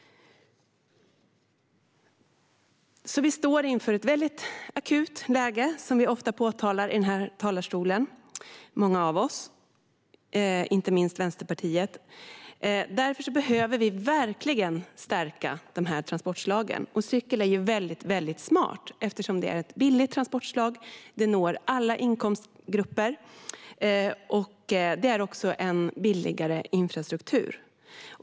Vi står inför ett akut läge, som många av oss, inte minst från Vänsterpartiet, ofta påpekar i den här talarstolen. Därför behöver vi verkligen stärka de här transportslagen. Och cykel är väldigt smart. Det är ett billigt transportslag, det når alla inkomstgrupper och det är en billigare infrastruktur.